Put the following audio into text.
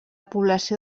població